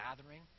gathering